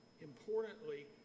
Importantly